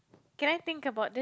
can I think about this